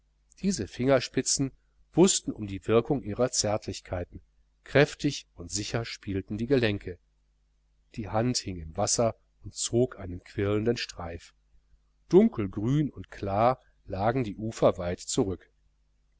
diese fingerspitzen wußten um die wirkung ihrer zärtlichkeiten kräftig und sicher spielten die gelenke die hand hing im wasser und zog einen quirlenden streif dunkelgrün und klar lagen die ufer weit zurück